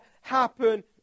happen